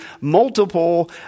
multiple